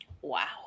Wow